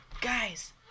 Guys